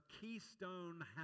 keystone